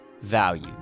value